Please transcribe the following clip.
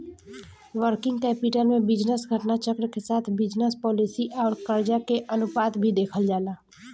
working capital में business घटना चक्र के साथ बिजनस पॉलिसी आउर करजा के अनुपात भी देखल जाला